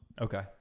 Okay